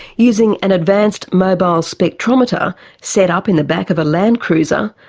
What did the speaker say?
using an advanced mobile spectrometer set up in the back of a land cruiser,